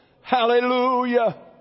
Hallelujah